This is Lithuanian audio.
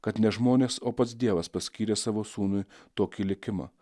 kad ne žmonės o pats dievas paskyrė savo sūnui tokį likimą